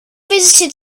visited